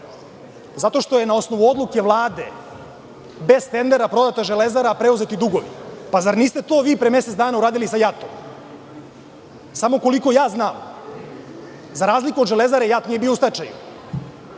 zato što je na osnovu odluke Vlade, bez tendera, prodata „Železara“, a preuzeti dugovi. Pa, zar niste to vi pre mesec dana uradili sa JAT? Koliko ja znam, za razliku od „Železare“, JAT nije bio u